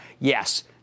yes